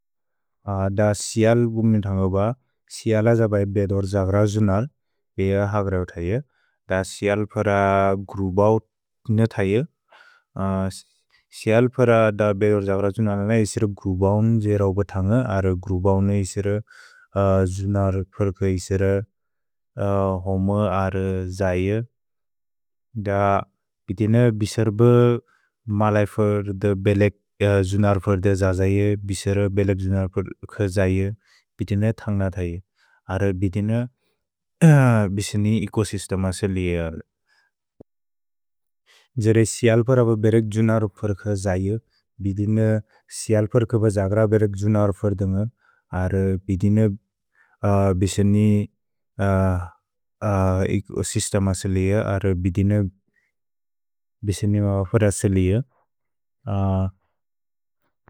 द सिअल् बुमेन् थन्गोब, सिअल जबै बेदोर् जव्र जुनल्, बेअ हग्रौ थय। द सिअल् पर ग्रुबौ तिन थय। सिअल् पर द बेदोर् जव्र जुनलेन इस्र ग्रुबौन् जेरौब थन्ग, अर्र ग्रुबौन् इस्र जुनर् फर्क इस्र होम अर्र जय। द बिदिन बिसर्ब मलै फर्द बेलेक् जुनर् फर्द ज जय, बिसर बेलेक् जुनर् फर्क जय, बिदिन थन्ग थय, अर्र बिदिन बिसनि एकोसिस्तेम से लेअ। द सिअल् पर बेलेक् जुनर् फर्क जय, बिदिन सिअल् पर ग्रुब जग्र बेलेक् जुनर् फर्द न, अर्र बिदिन बिसनि एकोसिस्तेम से लेअ, अर्र बिदिन बिसनि म फर से लेअ।